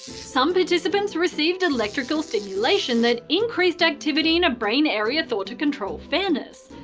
some participants received electrical stimulation that increased activity in a brain area thought to control fairness.